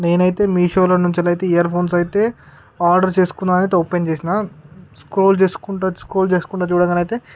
నేను అయితే మీషోలో నుంచి అయితే ఇయర్ఫోన్స్ అయితే ఆర్డర్ చేసుకున్నని అయితే ఓపెన్ చేసిన స్క్రోల్ చేసుకుంటూ వచ్చి స్క్రోల్ చేసుకుంటూ చూడగా అయితే